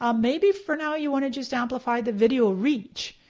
um maybe for now you want to just amplify the video reach,